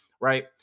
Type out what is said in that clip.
Right